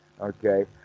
Okay